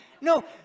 No